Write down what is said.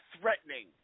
threatening